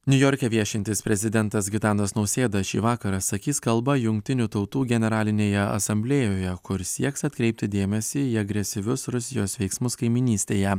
niujorke viešintis prezidentas gitanas nausėda šį vakarą sakys kalbą jungtinių tautų generalinėje asamblėjoje kur sieks atkreipti dėmesį į agresyvius rusijos veiksmus kaimynystėje